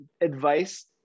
advice